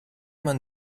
man